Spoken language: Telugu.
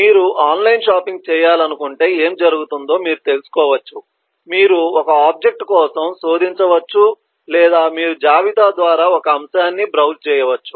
మీరు ఆన్లైన్ షాపింగ్ చేయాలనుకుంటే ఏమి జరుగుతుందో మీరు తెలుసుకోవచ్చు మీరు ఒక ఆబ్జెక్ట్ కోసం శోధించవచ్చు లేదా మీరు జాబితా ద్వారా ఒక అంశాన్ని బ్రౌజ్ చేయవచ్చు